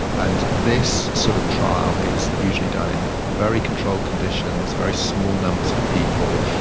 and this sort of trial is usually done in very controlled conditions, very small numbers of people,